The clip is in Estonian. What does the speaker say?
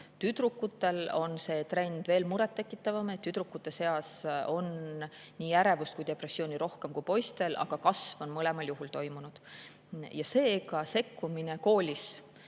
Tüdrukutel on see trend veel muret tekitavam, tüdrukute seas on nii ärevust kui ka depressiooni rohkem kui poistel, aga kasv on mõlemal juhul toimunud. Seega, [oluline on] sekkumine koolis,